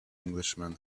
englishman